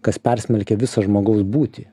kas persmelkia visą žmogaus būtį